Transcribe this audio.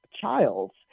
Childs